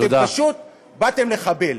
אתם פשוט באתם לחבל.